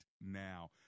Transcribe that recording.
now